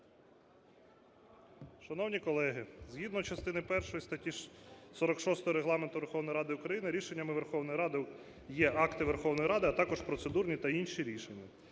Шановні колеги, згідно частини першої статті 46 Регламенту Верховної Ради України рішеннями Верховної Ради є акти Верховної Ради, а також процедурні та інші рішення.